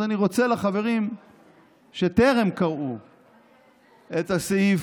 אז אני רוצה לצטט אותו לחברים שטרם קראו את הסעיף: